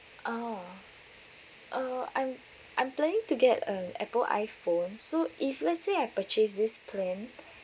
ah uh I'm I'm planning to get an Apple iPhone so if let's say I purchase this plan